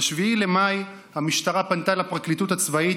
ב-7 במאי המשטרה פנתה לפרקליטות הצבאית,